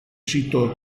sito